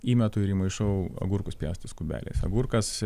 įmetu ir įmaišau agurkus pjaustytais kubeliais agurkas